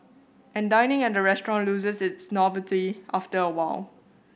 and dining at a restaurant loses its novelty after a while